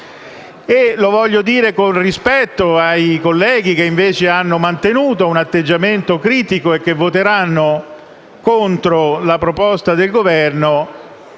Lo voglio dire con rispetto ai colleghi che hanno invece mantenuto un atteggiamento critico e che voteranno contro la proposta del Governo,